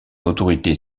autorité